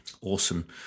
Awesome